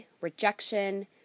rejection